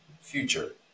future